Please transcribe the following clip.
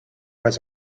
was